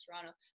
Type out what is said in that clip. toronto